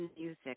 music